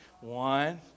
One